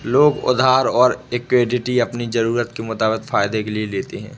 लोग उधार और इक्विटी अपनी ज़रूरत के मुताबिक फायदे के लिए लेते है